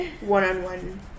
one-on-one